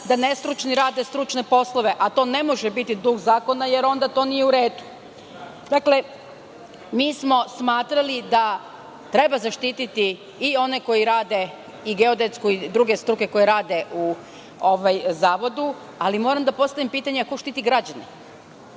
da nestručni rade stručne poslove, a to ne može biti duh zakona, jer onda to nije u redu. Dakle, mi smo smatrali da treba zaštiti i one koji rade i geodetsku i druge struke koje rade u zavodu. Ali, moram da postavim pitanje - a ko štiti građane?